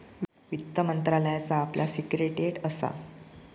वित्त मंत्रालयाचा आपला सिक्रेटेरीयेट असा